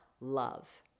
love